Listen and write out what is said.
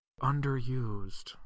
Underused